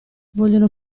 vogliono